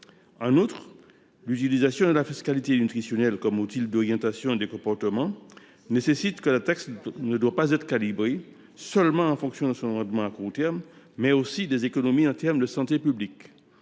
En outre, l’utilisation de la fiscalité nutritionnelle comme outil d’orientation et de comportement nécessite que la taxe soit calibrée en fonction non pas seulement de son rendement à court terme, mais aussi des économies en termes de santé publique.